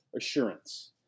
assurance